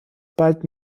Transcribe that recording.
bald